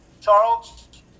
Charles